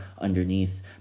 underneath